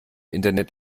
internet